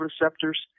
receptors